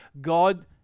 God